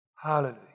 Hallelujah